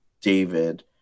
David